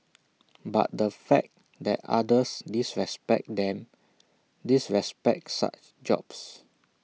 but the fact that others disrespect them disrespect such jobs